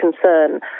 concern